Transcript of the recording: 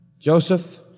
Joseph